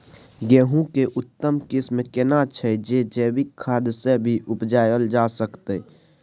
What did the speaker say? गेहूं के उत्तम किस्म केना छैय जे जैविक खाद से भी उपजायल जा सकते?